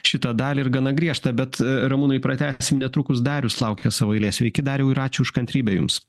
šitą dalį ir gana griežtą bet ramūnui pratęsim netrukus darius laukia savo eilės sveiki dariau ir ačiū už kantrybę jums